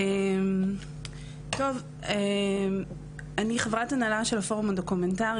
אני חברת הנהלה של הפורום הדוקומנטרי,